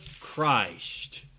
Christ